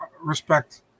respect